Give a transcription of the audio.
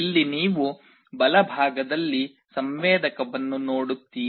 ಇಲ್ಲಿ ನೀವು ಬಲಭಾಗದಲ್ಲಿ ಸಂವೇದಕವನ್ನು ನೋಡುತ್ತೀರಿ